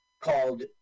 called